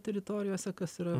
teritorijose kas yra